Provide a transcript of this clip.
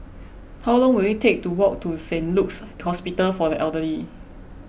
how long will it take to walk to Saint Luke's Hospital for the Elderly